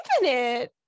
infinite